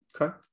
okay